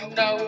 no